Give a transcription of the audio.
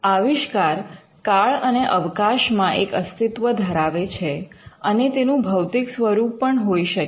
આવિષ્કાર કાળ અને અવકાશ માં એક અસ્તિત્વ ધરાવે છે અને તેનું ભૌતિક સ્વરૂપ પણ હોઈ શકે